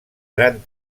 gran